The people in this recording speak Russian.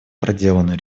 проделанную